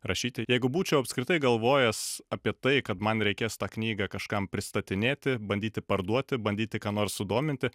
rašyti jeigu būčiau apskritai galvojęs apie tai kad man reikės tą knygą kažkam pristatinėti bandyti parduoti bandyti ką nors sudominti